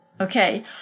okay